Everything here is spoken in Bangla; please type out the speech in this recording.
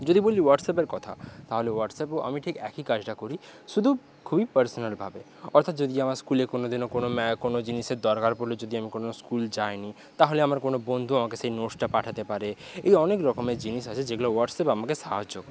যদি বলি হোয়াটসঅ্যাপের কথা তাহলে হোয়াটসঅ্যাপেও আমি ঠিক একই কাজটা করি শুধু খুবই পার্সোনালভাবে অর্থাৎ যদি আমার স্কুলে কোনোদিনও কোনো কোনো জিনিসের দরকার পড়ল যদি আমি কোনো স্কুল যাইনি তাহলে আমার কোনো বন্ধু আমাকে সেই নোটসটা পাঠাতে পারে এই অনেকরকমের জিনিস আছে যেগুলো হোয়াটসঅ্যাপ আমাকে সাহায্য করে